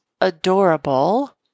adorable